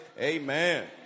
Amen